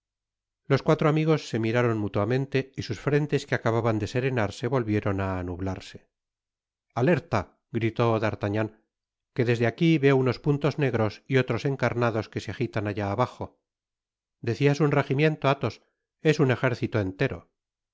los cuatro amigos se miraron mutuamente y sus frentes que acababan de serenarse volvieron á anublarse alerta gritó d'argnan que desde aqui veo unos puntos negros y otros encarnados que se agitan allá abajo decias un rejimiento athos es un ejército entero